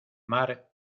mar